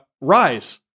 rise